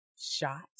shot